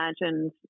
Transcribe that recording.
imagined